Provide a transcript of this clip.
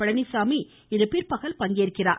பழனிச்சாமி இன்று பிற்பகல் பங்கேற்கிறார்